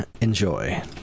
Enjoy